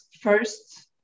first